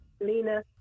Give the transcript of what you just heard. Lena